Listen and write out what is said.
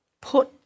put